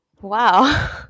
Wow